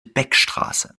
beckstraße